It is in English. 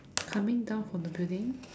coming down from the building